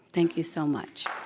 thank you so much.